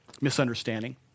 misunderstanding